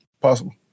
possible